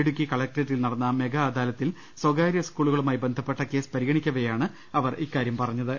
ഇടുക്കി കലക്ടറേറ്റിൽ നടന്ന മെഗാ അദാലത്തിൽ സ്വകാര്യ സ്കൂളുകളുമായി ബന്ധപ്പെട്ട കേസ് പരിഗണിക്കവേയാണ് അവർ ഇക്കാര്യം പറഞ്ഞത്